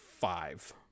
five